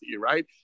right